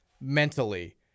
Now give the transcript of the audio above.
mentally